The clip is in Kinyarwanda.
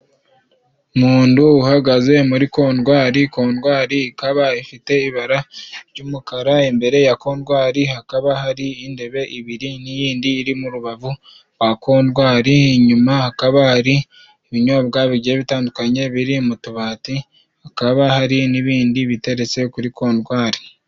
Umundu uhagaze muri kondwari. Kondwari ikaba ifite ibara ry'umukara, imbere ya kodwari hakaba hari indebe ibiri n'iyindi iri mu rubavu rwa kodwari. Inyuma hakaba hari ibinyobwa bigiye bitandukanye biri mu tubati, hakaba hari n'ibindi biteretse kuri kondwari.